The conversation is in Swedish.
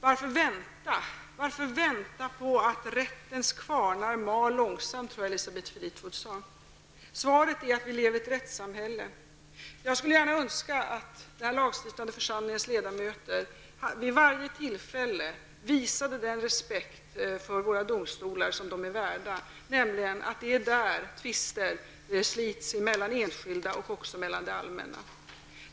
Varför vänta, för rättens kvarnar maler långsamt?, tror jag att Elisabeth Fleetwood sade. Svaret är att vi lever i ett rättssamhälle. Jag skulle gärna önska att den här lagstiftande församlingens ledamöter vid varje tillfälle visade den respekt för våra domstolar som dessa är värda, nämligen att det är där tvister slits mellan de enskilda och det allmänna.